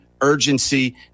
urgency